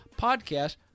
podcast